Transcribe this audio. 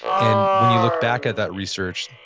and when you look back at that research,